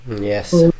yes